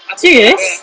serious